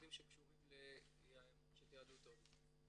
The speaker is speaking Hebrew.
לימודים שקשורים למורשת יהדות הודו.